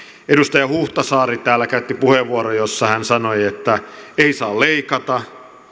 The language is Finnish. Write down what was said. edustaja huhtasaari täällä käytti puheenvuoron jossa hän sanoi että ei saa leikata